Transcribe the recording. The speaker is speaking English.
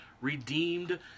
redeemed